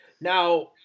Now